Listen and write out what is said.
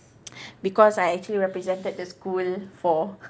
because I actually represented the school for